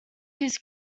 his